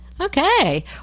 Okay